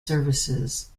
services